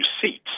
seats